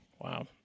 Wow